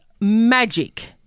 magic